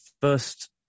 first